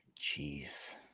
Jeez